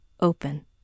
open